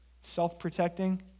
self-protecting